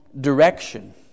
direction